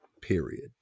period